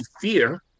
fear